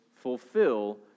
fulfill